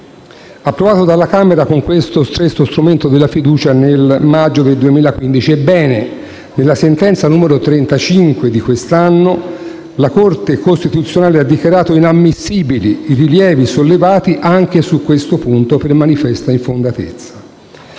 approvato dalla Camera con questo stesso strumento nel maggio del 2015. Ebbene: nella sentenza n. 35 di quest'anno la Corte costituzionale ha dichiarato inammissibili i rilievi sollevatigli su questo punto per manifesta infondatezza.